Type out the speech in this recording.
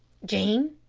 jean.